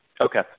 Okay